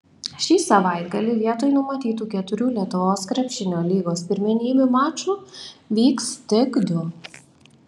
šį savaitgalį vietoj numatytų keturių lietuvos krepšinio lygos pirmenybių mačų vyks tik du